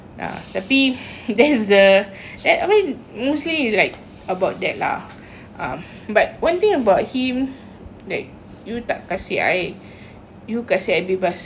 ya tapi there's the I mean mostly you like about that lah ah but one thing about him like you tak kasih I you kasih I bebas